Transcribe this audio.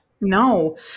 No